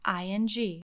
ing